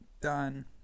Done